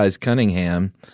Cunningham